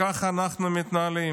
וככה אנחנו מתנהלים,